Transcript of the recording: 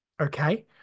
okay